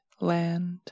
land